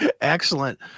excellent